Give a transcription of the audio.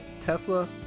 Tesla